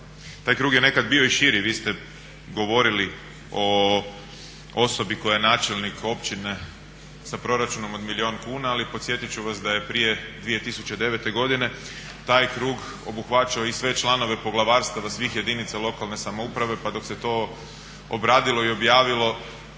Taj krug je nekad bio i širi. Vi ste govorili o osobi koja je načelnik općine sa proračunom od milijun kuna, ali podsjetit ću vas da je prije 2009. godine taj krug obuhvaćao i sve članove poglavarstava svih jedinica lokalne samouprave pa dok se to obradilo i objavilo